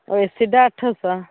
ଆଉ ଏସିଟା ଆଠଶହ